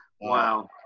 Wow